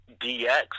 DX